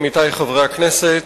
עמיתי חברי הכנסת,